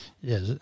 Yes